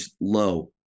low